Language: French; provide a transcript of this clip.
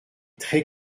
très